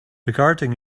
regarding